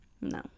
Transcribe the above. No